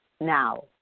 now